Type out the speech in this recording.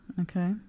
okay